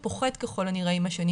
הוא הולך ופוחת ככל הנראה עם השנים,